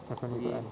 tekong juga ah